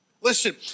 Listen